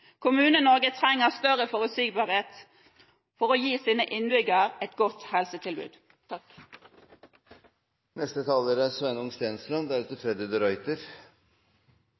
Kommune-Norge trenger større forutsigbarhet for å gi sine innbyggere et godt helsetilbud. Landet vårt er